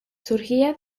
surgía